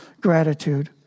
gratitude